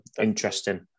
interesting